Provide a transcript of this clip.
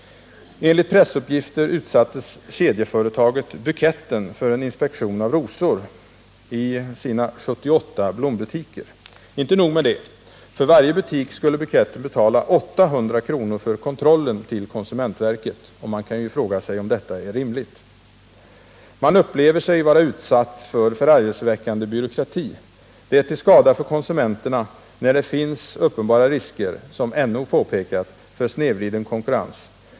Enligt pressuppgifter utsattes kedjeföretaget Buketten för en inspektion av rosor i sina 78 blombutiker. Inte nog med det — för varje butik skulle Buketten betala 800 kr. för kontrollen till konsumentverket! Man kan ju fråga sig om detta är rimligt. Man upplever sig vara utsatt för förargelseväckande byråkrati. Det är till skada för konsumenterna, när det finns uppenbara risker — som NO påpekat — för snedvriden konkurrens.